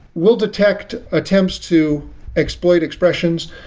we'll detect attempts to exploit expression.